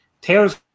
Taylor's